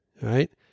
right